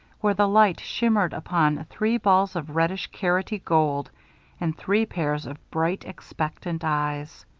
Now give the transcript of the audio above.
where the light shimmered upon three balls of reddish, carroty gold and three pairs of bright, expectant eyes.